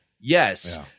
Yes